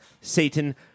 Satan